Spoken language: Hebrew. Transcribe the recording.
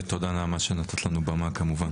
ותודה, נעמה, שנתת לנו במה, כמובן.